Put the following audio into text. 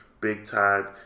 big-time